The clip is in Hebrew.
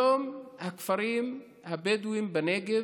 היום הכפרים הבדואיים בנגב,